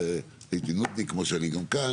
הייתי נודניק כמו שאני גם כאן,